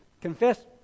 Confess